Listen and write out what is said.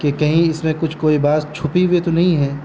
کہ کہیں اس میں کچھ کوئی بات چھپی ہوئے تو نہیں ہے